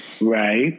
Right